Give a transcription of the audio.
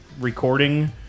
recording